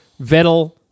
Vettel